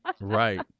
right